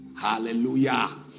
Hallelujah